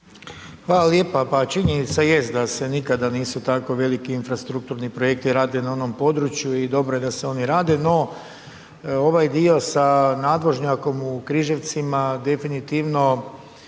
Hvala lijepa. Pa činjenica jest da se nikada nisu tako veliki infrastrukturni projekti radili na onom području i dobro je da se oni rade. No ovaj dio sa nadvožnjakom u Križevcima definitivno